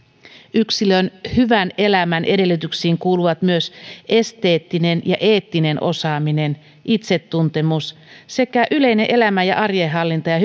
yksilön hyvän elämän edellytyksiin kuuluvat myös esteettinen ja eettinen osaaminen itsetuntemus sekä yleinen elämän ja arjen hallinta ja